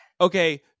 Okay